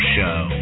Show